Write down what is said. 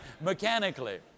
mechanically